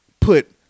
put